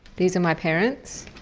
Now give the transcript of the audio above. these are my parents,